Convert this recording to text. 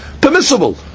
permissible